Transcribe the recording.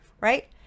right